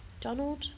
Donald